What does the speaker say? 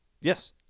Yes